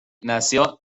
nació